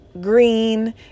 green